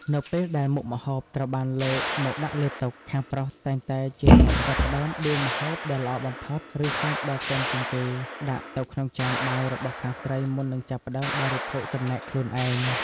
នៅពេលដែលមុខម្ហូបត្រូវបានលើកមកដាក់លើតុ ខាងប្រុសតែងតែជាអ្នកចាប់ផ្ដើមដួសម្ហូបដែលល្អបំផុត ឬសាច់ដែលទន់ជាងគេ ដាក់ទៅក្នុងចានបាយរបស់ខាងស្រីមុននឹងចាប់ផ្ដើមបរិភោគចំណែកខ្លួនឯង។